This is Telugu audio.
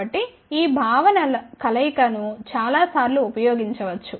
కాబట్టి ఈ భావనల కలయికను చాలాసార్లు ఉపయోగించవచ్చు